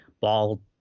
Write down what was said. ball